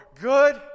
good